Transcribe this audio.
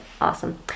Awesome